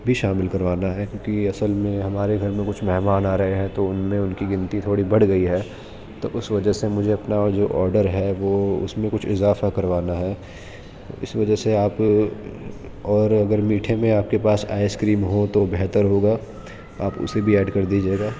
بھی شامل کروانا ہے کیونکہ اصل میں ہمارے گھر میں کچھ مہمان آ رہے ہیں تو ان میں ان کی گنتی تھوڑی بڑھ گئی ہے تو اس وجہ سے مجھے اپنا جو آڈر ہے وہ اس میں کچھ اضافہ کروانا ہے اس وجہ سے آپ اور اگر میٹھے میں آپ کے پاس آئس کریم ہو تو بہتر ہوگا آپ اسے بھی ایڈ کر دیجیے گا